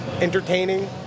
entertaining